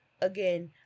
again